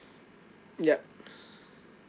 yup